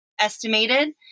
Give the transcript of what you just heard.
estimated